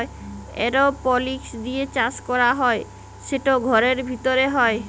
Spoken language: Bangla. এরওপলিক্স দিঁয়ে চাষ ক্যরা হ্যয় সেট ঘরের ভিতরে হ্যয়